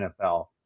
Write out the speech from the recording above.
NFL